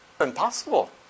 Impossible